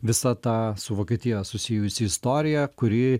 visa ta su vokietija susijusi istorija kuri